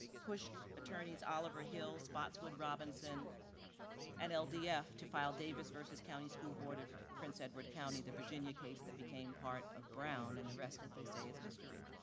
pushed attorneys oliver hills, spottswood robinson and ldf to file davis versus county school board of prince edward county, the virginia case that became part of brown and the rest, as they say, is history.